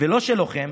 ולא של לוחם,